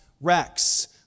Rex